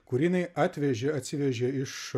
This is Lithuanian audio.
kurį jinai atvežė atsivežė iš